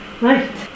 Right